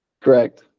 Correct